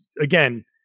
again